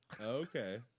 Okay